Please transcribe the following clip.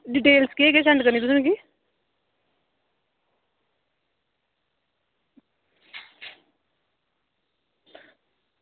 details केह् केह् send करनी तुसें मिगी